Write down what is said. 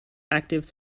active